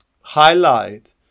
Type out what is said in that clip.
highlight